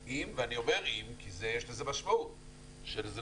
אני אומר "אם" כי תהיה לזה משמעות במחיר.